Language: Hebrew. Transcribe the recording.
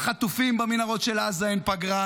לחטופים במנהרות של עזה אין פגרה,